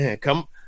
Come